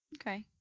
Okay